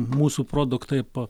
mūsų produktai pa